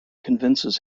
convinces